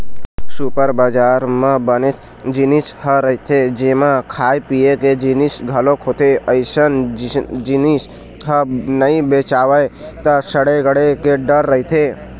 super बजार म बनेच जिनिस ह रहिथे जेमा खाए पिए के जिनिस घलोक होथे, अइसन जिनिस ह नइ बेचावय त सड़े गले के डर रहिथे